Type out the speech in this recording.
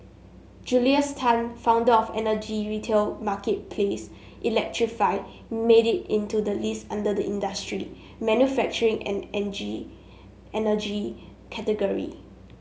Julius Tan founder of energy retail marketplace electrify made it into the list under the industry manufacturing and energy category